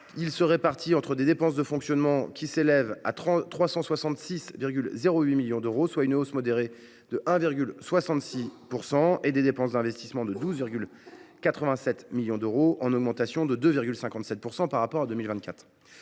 il se répartit entre des dépenses de fonctionnement, qui s’élèvent à 366,08 millions d’euros, en hausse modérée de 1,66 %, et des dépenses d’investissement de 12,87 millions d’euros, en augmentation de 2,57 % par rapport à 2024.